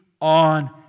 on